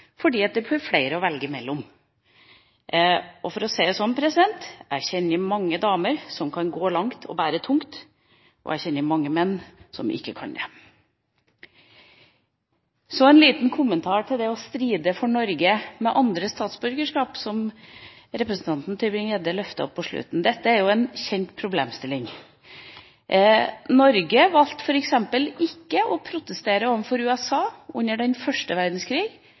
fordi det blir flere å velge mellom. Og for å si det slik: Jeg kjenner mange damer som kan gå langt og bære tungt, og jeg kjenner mange menn som ikke kan det. Så en liten kommentar til det å være i strid for Norge og ha andre statsborgerskap, som representanten Tybring-Gjedde løftet fram på slutten. Dette er jo en kjent problemstilling. Norge valgte f.eks. ikke å protestere overfor USA under første verdenskrig